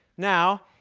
now,